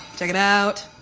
check it out.